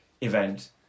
event